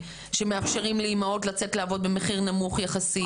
שמאפשרים לאימהות לצאת לעבוד במחיר נמוך יחסית,